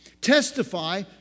testify